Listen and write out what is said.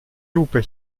lupe